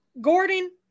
Gordon